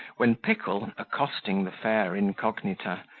when pickle, accosting the fair incognita,